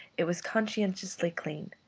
it was conscientiously clean.